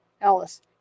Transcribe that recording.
Alice